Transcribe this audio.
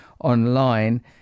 online